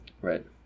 Right